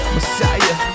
Messiah